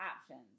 options